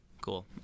Cool